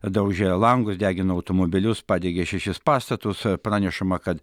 daužė langus degino automobilius padegė šešis pastatus pranešama kad